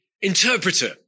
interpreter